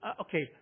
Okay